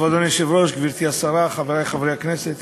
אדוני היושב-ראש, גברתי השרה, חברי חברי הכנסת,